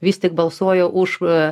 vis tik balsuoja už